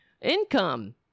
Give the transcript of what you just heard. income